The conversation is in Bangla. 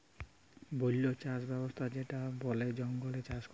বল্য চাস ব্যবস্থা যেটা বলে জঙ্গলে চাষ ক্যরা হ্যয়